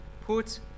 Put